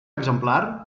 exemplar